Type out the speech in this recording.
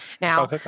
now